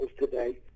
today